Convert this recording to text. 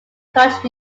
kutch